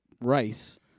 rice